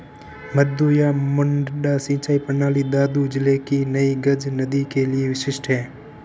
मद्दू या मड्डा सिंचाई प्रणाली दादू जिले की नई गज नदी के लिए विशिष्ट है